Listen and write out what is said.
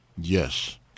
Yes